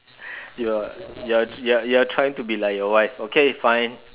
you are you are you are trying to be like your wife okay fine